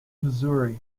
missouri